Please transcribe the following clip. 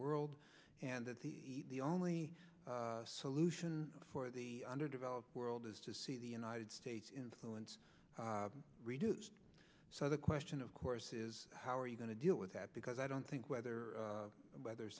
world and that the only solution for the underdeveloped world is to see the united states influence reduced so the question of course is how are you going to deal with that because i don't think whether whether